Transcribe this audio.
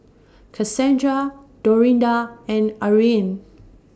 Kassandra Dorinda and Ariane